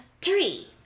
three